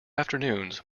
afternoons